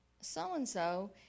so-and-so